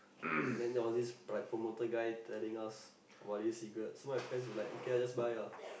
then there was this promoter guy telling us about this cigarette so my friends were like okay lah just buy ah